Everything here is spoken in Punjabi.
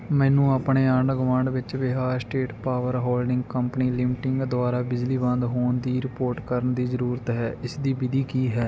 ਮੈਨੂੰ ਆਪਣੇ ਆਂਢ ਗੁਆਂਢ ਵਿੱਚ Bihar state power holding company limited ਦੁਆਰਾ ਬਿਜਲੀ ਬੰਦ ਹੋਣ ਦੀ ਰਿਪੋਰਟ ਕਰਨ ਦੀ ਜ਼ਰੂਰਤ ਹੈ ਇਸ ਦੀ ਵਿਧੀ ਕੀ ਹੈ